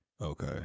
Okay